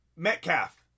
Metcalf